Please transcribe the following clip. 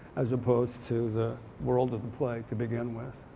as opposed to the world of the play to begin with.